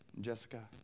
Jessica